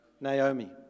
Naomi